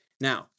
Now